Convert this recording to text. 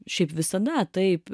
šiaip visada taip